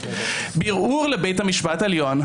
בערעור לבית המשפט העליון,